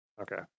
Okay